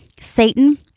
Satan